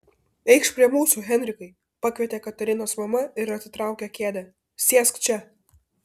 eikš prie mūsų henrikai pakvietė katarinos mama ir atitraukė kėdę sėsk čia